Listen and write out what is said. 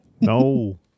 No